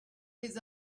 his